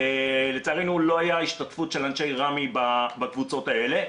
לצערנו לא הייתה השתתפות של אנשי רמ"י בקבוצות האלה.